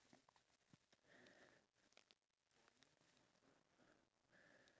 to another country bring them out on holiday and in that holiday itself